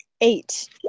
Eight